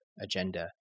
agenda